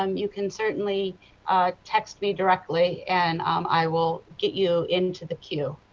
um you could certainly text me, directly. and um i will get you into the queue.